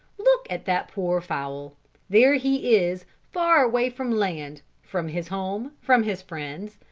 look at that poor fowl there he is, far away from land, from his home, from his friends,